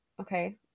okay